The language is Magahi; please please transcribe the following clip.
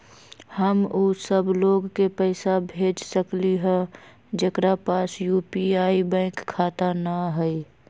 हम उ सब लोग के पैसा भेज सकली ह जेकरा पास यू.पी.आई बैंक खाता न हई?